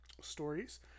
stories